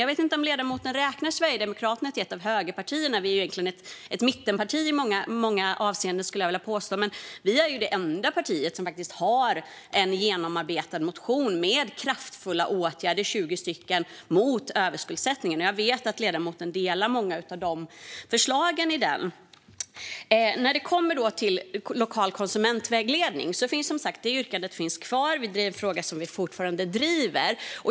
Jag vet inte om ledamoten räknar Sverigedemokraterna till ett av högerpartierna - vi är egentligen ett mittenparti i många avseenden, skulle jag vilja påstå - men vi är det enda partiet som faktiskt har en genomarbetad motion med förslag på 20 kraftfulla åtgärder mot överskuldsättningen. Och jag vet att ledamoten instämmer i många av förslagen. Yrkandet om lokal konsumentvägledning finns kvar. Det är en fråga som vi fortfarande driver.